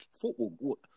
football